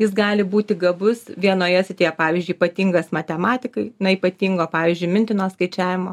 jis gali būti gabus vienoje srityje pavyzdžiui ypatingas matematikai na ypatingo pavyzdžiui mintino skaičiavimo